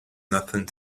nothing